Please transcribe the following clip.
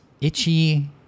itchy